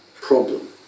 problem